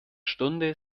stunde